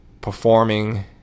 performing